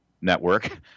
Network